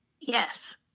Yes